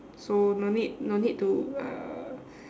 so no need no need to uh